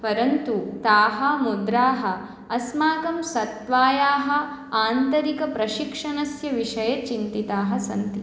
परन्तु ताः मुद्राः अस्माकं सत्त्वायाः आन्तरिकप्रशिक्षणस्य विषये चिन्तिताः सन्ति